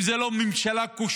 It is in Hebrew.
אם זו לא ממשלה כושלת